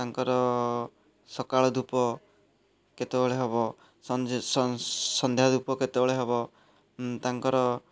ତାଙ୍କର ସକାଳ ଧୂପ କେତେବେଳେ ହେବ ସଞ୍ଜ ସନ୍ଧ୍ୟା ଧୂପ କେତେବେଳେ ହେବ ତାଙ୍କର